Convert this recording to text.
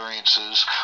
experiences